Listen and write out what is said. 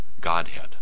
Godhead